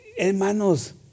Hermanos